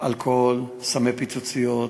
אלכוהול, סמי פיצוציות,